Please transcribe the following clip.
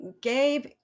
Gabe